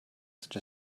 such